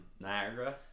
Niagara